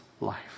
life